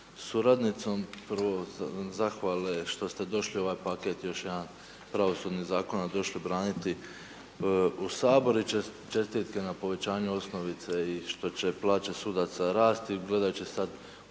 suradnicom. Prvo zahvale što ste došli ovaj paket još jedan pravosudni zakona došli braniti u Sabor i čestitke na povećaju osnovice i što će plaće sudaca rasti. Gledajući sad u